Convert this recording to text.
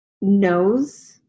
knows